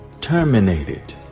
terminated